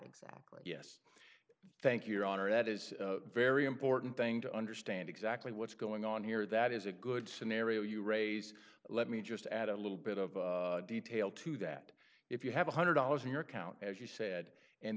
exactly yes thank you your honor that is very important thing to understand exactly what's going on here that is a good scenario you raise let me just add a little bit of detail to that if you have a hundred dollars in your account as you said and